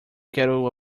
quero